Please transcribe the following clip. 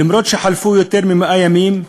אף שחלפו יותר מ-100 ימים,